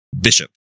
bishop